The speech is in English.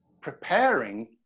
preparing